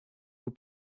vous